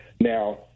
Now